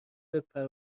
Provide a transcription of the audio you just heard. بپره